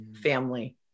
family